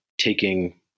taking